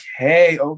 okay